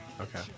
Okay